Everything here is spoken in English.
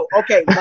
okay